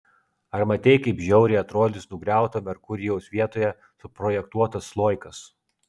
ar matei kaip žiauriai atrodys nugriauto merkurijaus vietoje suprojektuotas sloikas